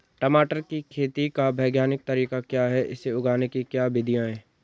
टमाटर की खेती का वैज्ञानिक तरीका क्या है इसे उगाने की क्या विधियाँ हैं?